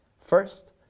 First